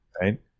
Right